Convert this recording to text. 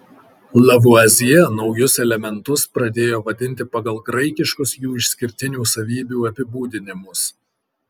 lavuazjė naujus elementus pradėjo vadinti pagal graikiškus jų išskirtinių savybių apibūdinimus